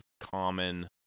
common